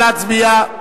נא להצביע.